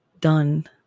done